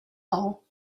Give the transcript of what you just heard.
all